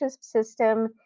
system